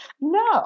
No